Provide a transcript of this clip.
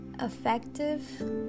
effective